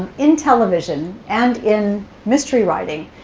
in television and in mystery writing,